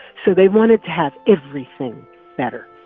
so they wanted to have everything better,